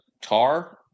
tar